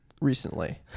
recently